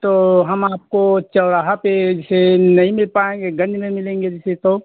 तो हम आपको चौराहा पर जिसे नहीं मिल पाएंगे गंज में मिलेंगे तो जेसे तो